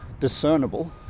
discernible